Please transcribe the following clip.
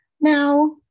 Now